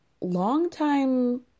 longtime